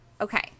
Okay